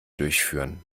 durchführen